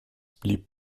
blieb